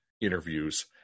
interviews